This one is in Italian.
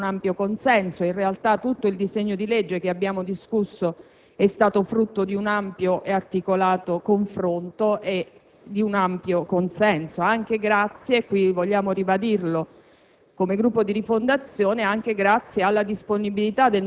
di un confronto ampio ed articolato e ha registrato un ampio consenso. In realtà, tutto il complesso di norme che abbiamo discusso è stato il frutto di un ampio e articolato confronto e di un generalizzato consenso, anche grazie (vogliamo ribadirlo